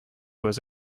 was